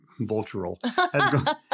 vultural